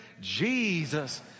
Jesus